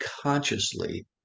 consciously